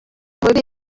muri